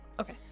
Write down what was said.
Okay